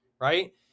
right